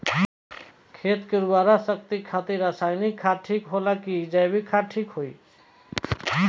खेत के उरवरा शक्ति खातिर रसायानिक खाद ठीक होला कि जैविक़ ठीक होई?